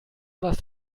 was